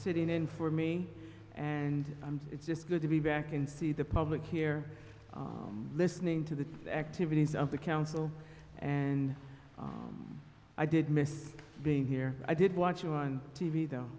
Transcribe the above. sitting in for me and i'm it's just good to be back and see the public here listening to the activities of the council and i did miss being here i did watch you on t v though